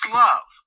love